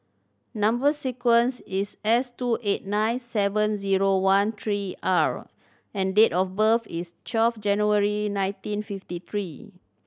number sequence is S two eight nine seven zero one three R and date of birth is twelve January nineteen fifty three